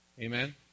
Amen